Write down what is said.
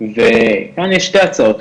וכאן יש שתי הצעות,